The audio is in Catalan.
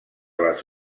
les